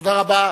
תודה רבה.